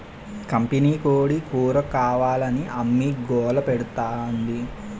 కంపినీకోడీ కూరకావాలని అమ్మి గోలపెడతాంది